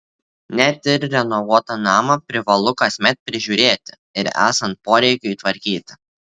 net ir renovuotą namą privalu kasmet prižiūrėti ir esant poreikiui tvarkyti